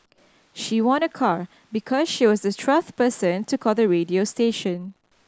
she won a car because she was the twelfth person to call the radio station